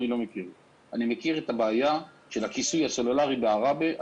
אני מכיר את הבעיה של הכיסוי הסלולרי בעראבה.